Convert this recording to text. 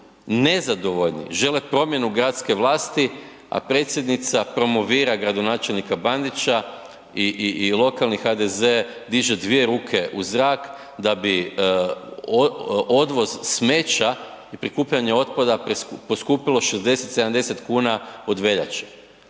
nezadovoljni, žele promjenu gradske vlasti, a predsjednica promovira gradonačelnika Bandića i lokalni HDZ diže dvije ruke u zrak da bi odvoz smeća i prikupljanje otpada poskupilo 60, 70 kuna od veljače.